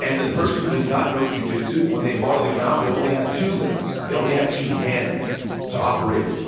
and the person who does not know jujitsu, when they fall to the ground, they only have two limbs. they only have two hands to operate with